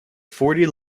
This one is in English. forty